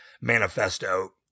manifesto